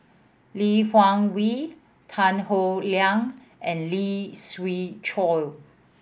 Lee Wung Yew Tan Howe Liang and Lee Siew Choh